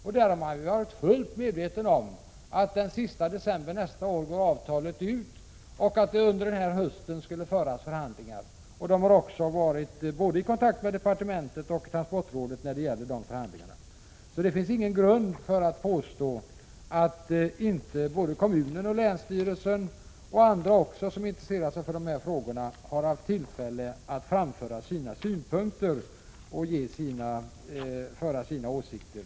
Man har där varit fullt medveten om att avtalet går ut den sista december nästa år och att det skulle föras förhandlingar under hösten. Man har varit i kontakt med både departementet och transportrådet när det gäller dessa förhandlingar. Det finns ingen grund för att påstå att inte kommunen och länsstyrelsen och även andra som intresserar sig för dessa frågor har haft tillfälle att framföra sina synpunkter och ge uttryck för sina åsikter.